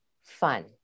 fun